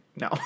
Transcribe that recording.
No